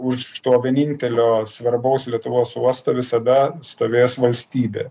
už to vienintelio svarbaus lietuvos uosto visada stovės valstybė